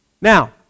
Now